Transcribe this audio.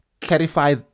clarify